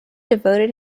devoted